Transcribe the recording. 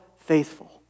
faithful